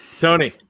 Tony